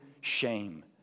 shame